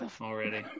already